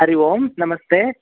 हरिः ओं नमस्ते